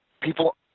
people